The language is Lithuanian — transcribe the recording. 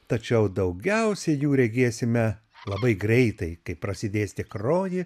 tačiau daugiausia jų regėsime labai greitai kai prasidės tikroji